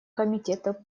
комитету